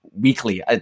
weekly